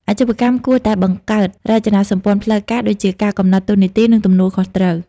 អាជីវកម្មគួរតែបង្កើត រចនាសម្ព័ន្ធផ្លូវការ ដូចជាការកំណត់តួនាទី និងទំនួលខុសត្រូវ។